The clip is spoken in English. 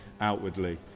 outwardly